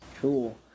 Cool